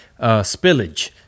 Spillage